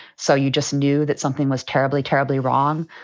so you just knew that something was terribly, terribly wrong,